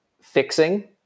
fixing